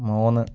മൂന്ന്